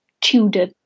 Tudor